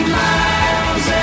miles